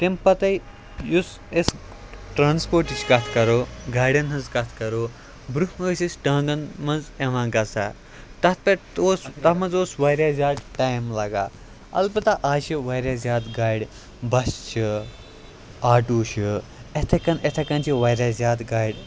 تَمہِ پَتَے یُس أسۍ ٹرٛانسپوٹٕچ کَتھ کَرو گاڑٮ۪ن ہٕنٛز کَتھ کَرو برٛونٛہہ ٲسۍ أسۍ ٹانٛگَن منٛز یِوان گژھان تَتھ پٮ۪ٹھ تہِ اوس تَتھ منٛز اوس واریاہ زیادٕ ٹایم لَگان البتہ آز چھِ واریاہ زیادٕ گاڑِ بَس چھِ آٹوٗ چھِ یِتھَے کٔنۍ یِتھَے کٔنۍ چھِ واریاہ زیادٕ گاڑِ